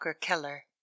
Keller